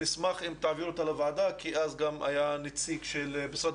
נשמח אם תעביר אותה לוועדה כי אז גם היה נציג של משרד